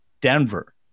Denver